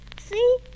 See